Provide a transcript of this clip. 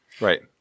Right